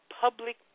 public